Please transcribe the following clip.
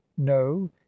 no